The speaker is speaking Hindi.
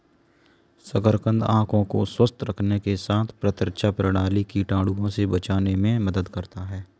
शकरकंद आंखों को स्वस्थ रखने के साथ प्रतिरक्षा प्रणाली, कीटाणुओं से बचाने में मदद करता है